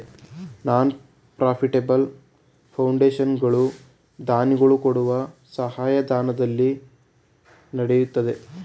ನಾನ್ profitable foundation ಗಳು ದಾನಿಗಳು ಕೊಡುವ ಸಹಾಯಧನದಲ್ಲಿ ನಡೆಯುತ್ತದೆ